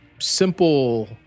simple